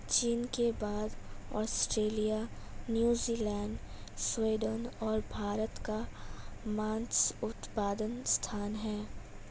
चीन के बाद ऑस्ट्रेलिया, न्यूजीलैंड, सूडान और भारत का मांस उत्पादन स्थान है